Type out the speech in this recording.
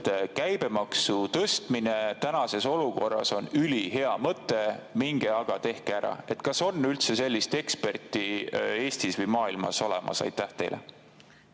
et käibemaksu tõstmine tänases olukorras on ülihea mõte, minge tehke ära? Kas on üldse sellist eksperti Eestis või mujal maailmas olemas? Aitäh, hea